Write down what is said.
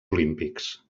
olímpics